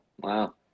Wow